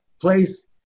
place